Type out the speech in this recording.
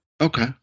Okay